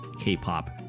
K-pop